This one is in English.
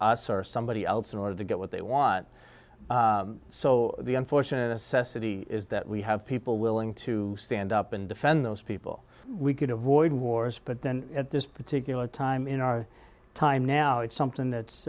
us or somebody else in order to get what they want so the unfortunate assess it is that we have people willing to stand up and defend those people we could avoid wars but then at this particular time in our time now it's something